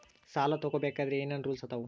ಸಾಲ ತಗೋ ಬೇಕಾದ್ರೆ ಏನ್ ರೂಲ್ಸ್ ಅದಾವ?